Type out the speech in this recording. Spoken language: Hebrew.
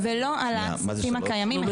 ולא על הסעיפים הקיימים 1, 2 ו-3.